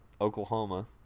Oklahoma